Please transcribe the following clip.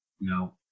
No